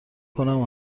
کنم